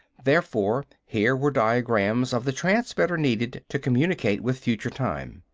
therefore, here were diagrams of the transmitter needed to communicate with future time.